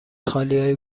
خالیهای